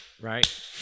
right